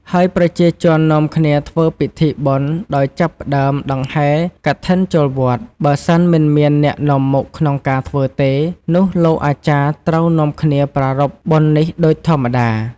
ហើយប្រជាជននាំគ្នាធ្វើពិធីបុណ្យដោយចាប់ផ្ដើមដង្ហែរកឋិនចូលវត្ត បើសិនមិនមានអ្នកនាំមុខក្នុងការធ្វើទេ នោះលោកអាចារ្យត្រូវនាំគ្នាប្រារព្ធបុណ្យនេះដូចធម្មតា ។